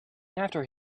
after